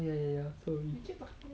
ya ya ya sorry